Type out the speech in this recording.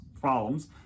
problems